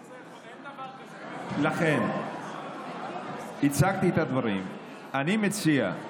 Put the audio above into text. לכן, אני מציע,